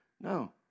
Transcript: No